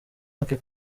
make